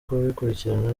kubikurikirana